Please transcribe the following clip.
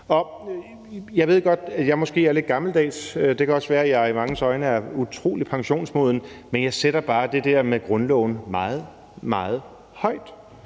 Jeg ved godt, at jeg måske er lidt gammeldags, og det kan også være, jeg i manges øjne er utrolig pensionsmoden, men jeg sætter bare det der med grundloven meget, meget højt.